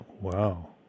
Wow